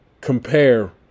compare